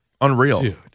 Unreal